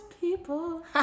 people